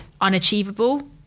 unachievable